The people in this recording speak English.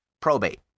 Probate